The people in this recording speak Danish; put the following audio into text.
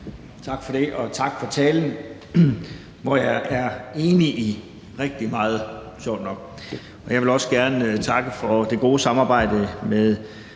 Tak for det, og tak for talen – jeg er sjovt nok enig i rigtig meget af den. Jeg vil også gerne takke for det gode samarbejde om